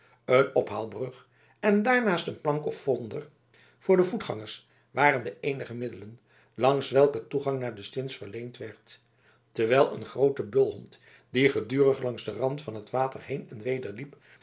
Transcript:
een ophaalbrug en daarnaast een plank of vonder voor de voetgangers waren de eenige middelen langs welke toegang naar de stins verleend werd terwijl een groote bulhond die gedurig langs den rand van het water heen en weder liep